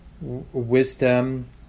wisdom